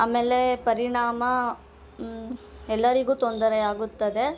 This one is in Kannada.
ಆಮೇಲೆ ಪರಿಣಾಮ ಎಲ್ಲರಿಗೂ ತೊಂದರೆಯಾಗುತ್ತದೆ